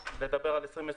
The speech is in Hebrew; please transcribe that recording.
לדבר על שנת 2021?